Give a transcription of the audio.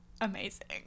amazing